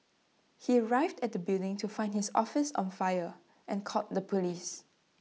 he arrived at the building to find his office on fire and called the Police